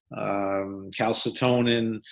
calcitonin